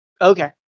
Okay